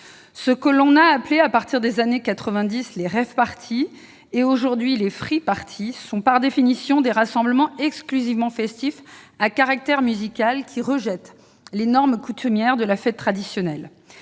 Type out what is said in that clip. Ce que l'on a appelé, à partir des années quatre-vingt-dix, les rave-parties, puis les free-parties, sont par définition des rassemblements exclusivement festifs à caractère musical qui rejettent les normes coutumières de la fête traditionnelle.